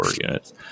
units